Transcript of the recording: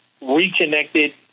reconnected